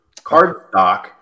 cardstock